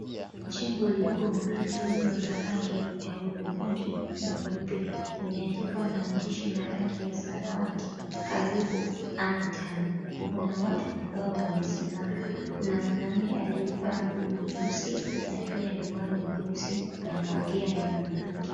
Jengo likubwa lililo la rangi ya hudhurungi na nyeupe. Limeandikwa maandishi na rangi ya samawati, Karibu Amu Tamu. Kuna watu ambao wamesimama. Kuna mwanamme aliyevaa nguo nyeusi na pia miwani nyeusi anaongea na mwanamke.